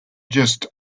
just